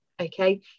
Okay